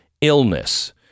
illness